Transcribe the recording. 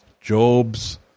Job's